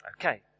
Okay